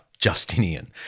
Justinian